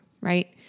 right